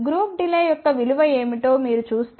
group delay యొక్క విలువ ఏమిటో మీరు చూస్తే